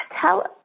tell